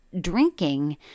drinking